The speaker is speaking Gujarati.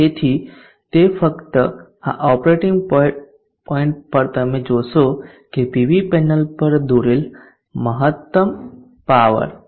તેથી તે ફક્ત આ ઓપરેટિંગ પોઇન્ટ પર જ તમે જોશો કે પીવી પેનલ પર દોરેલ પાવર મહત્તમ છે